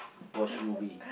watch movie